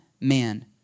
man